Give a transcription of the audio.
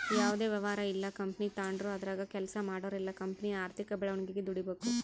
ಯಾವುದೇ ವ್ಯವಹಾರ ಇಲ್ಲ ಕಂಪನಿ ತಾಂಡ್ರು ಅದರಾಗ ಕೆಲ್ಸ ಮಾಡೋರೆಲ್ಲ ಕಂಪನಿಯ ಆರ್ಥಿಕ ಬೆಳವಣಿಗೆಗೆ ದುಡಿಬಕು